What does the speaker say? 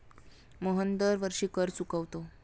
मोहन दरवर्षी कर चुकवतो